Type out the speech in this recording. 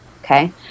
okay